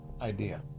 idea